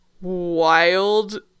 wild